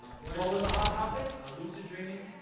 what what was a hot topic. lucid dreaming.